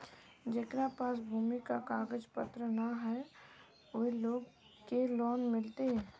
जेकरा पास भूमि का कागज पत्र न है वो लोग के लोन मिलते?